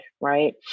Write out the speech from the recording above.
right